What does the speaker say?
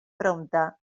prompte